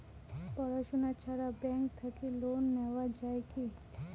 পড়াশুনা ছাড়া ব্যাংক থাকি লোন নেওয়া যায় কি?